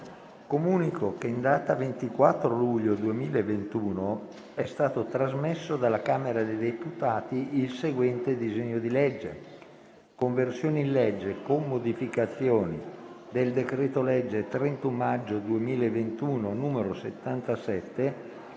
Comunico che, in data 24 luglio 2021, è stato trasmesso dalla Camera dei deputati il seguente disegno di legge: «Conversione in legge, con modificazioni, del decreto-legge 31 maggio 2021, n. 77,